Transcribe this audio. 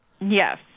Yes